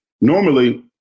Normally